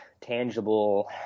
tangible